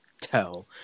tell